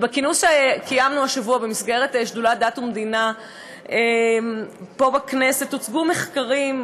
בכינוס שקיימנו השבוע במסגרת שדולת דת ומדינה פה בכנסת הוצגו מחקרים.